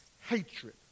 hatred